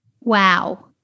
wow